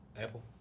Apple